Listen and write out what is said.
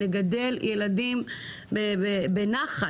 לגדל ילדים בנחת.